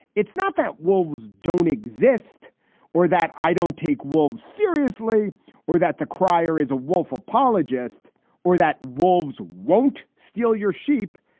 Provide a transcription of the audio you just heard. it's not that wolves don't exist or that i don't take wolves seriously or that the krier is a wolf apologist or that wolves won't steal your sheep.